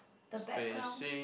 the background